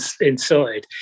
inside